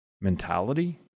mentality